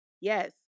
Yes